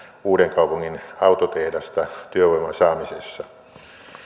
uudenkaupungin autotehdasta työvoiman saamisessa